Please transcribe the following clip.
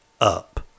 up